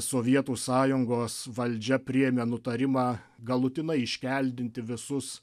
sovietų sąjungos valdžia priėmė nutarimą galutinai iškeldinti visus